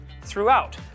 throughout